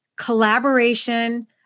collaboration